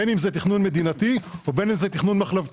בין אם זה תכנון מדינתי או בין אם זה תכנון מחלבתי.